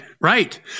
right